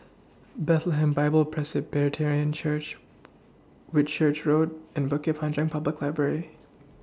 Bethlehem Bible Presbyterian Church Whitchurch Road and Bukit Panjang Public Library